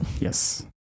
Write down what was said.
Yes